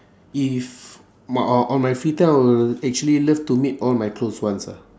if m~ o~ on my free time I will actually love to meet all my close ones ah